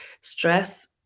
stress